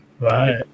Right